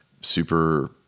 super